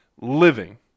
living